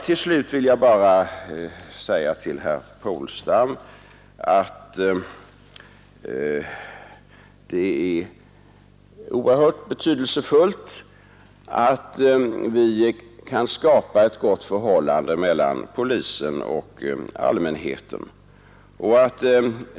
Till slut vill jag bara säga till herr Polstam att det är oerhört väsentligt att vi kan skapa ett gott förhållande mellan polisen och allmänheten.